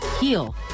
heal